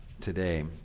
today